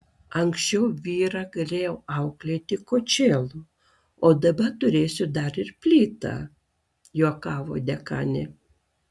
anksčiau vyrą galėjau auklėti kočėlu o dabar turėsiu dar ir plytą juokavo dekanė